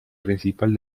principal